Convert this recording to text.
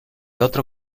otro